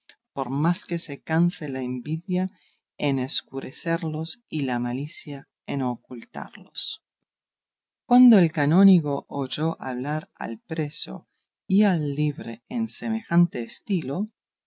por más que se canse la envidia en escurecerlos y la malicia en ocultarlos cuando el canónigo oyó hablar al preso y al libre en semejante estilo